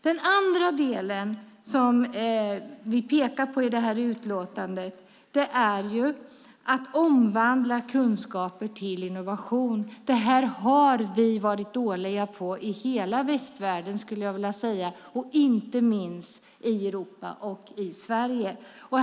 Den andra delen som vi pekar på i utlåtandet handlar om att omvandla kunskaper till innovation. Det har vi varit dåliga på i hela västvärlden, inte minst i Europa och i Sverige.